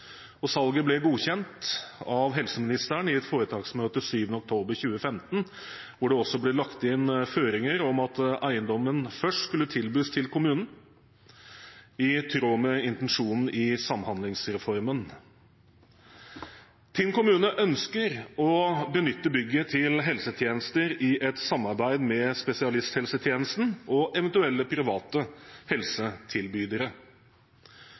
Salget ble godkjent av helseministeren i et foretaksmøte 7. oktober 2015, hvor det også ble lagt inn føringer om at eiendommen først skulle tilbys kommunen, i tråd med intensjonen i samhandlingsreformen. Tinn kommune ønsker å benytte bygget til helsetjenester i et samarbeid med spesialisthelsetjenesten og eventuelle private helsetilbydere.